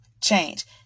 change